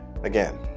Again